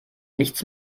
nichts